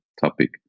topic